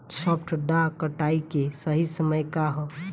सॉफ्ट डॉ कटाई के सही समय का ह?